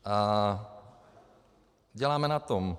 A děláme na tom.